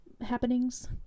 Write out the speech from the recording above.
happenings